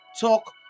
talk